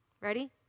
Ready